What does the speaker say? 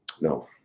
No